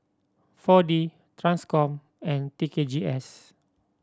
Four D Transcom and T K G S